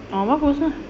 ah bagus ah